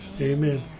Amen